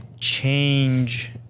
...change